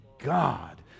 God